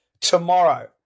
tomorrow